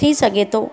थी सघे थो